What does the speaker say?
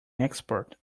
expert